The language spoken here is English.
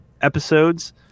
episodes